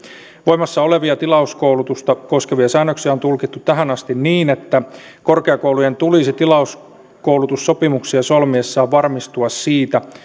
voimassa olevia tilauskoulutusta koskevia säännöksiä on tulkittu tähän asti niin että korkeakoulujen tulisi tilauskoulutussopimuksia solmiessaan varmistua siitä